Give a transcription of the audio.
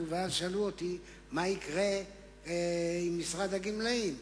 שאלו אותי מה יקרה עם משרד הגמלאים.